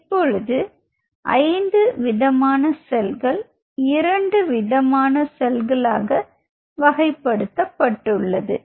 இப்பொழுது ஐந்து விதமான செல்கள் இரண்டுவிதமான செல்களாக வகைப்படுத்தப்பட்டுள்ளது